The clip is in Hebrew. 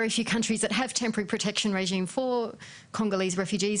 למעט מאוד מדינות יש הגנה קבוצתית עבור פליטים קונגולזים,